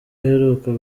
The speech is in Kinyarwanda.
aheruka